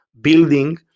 building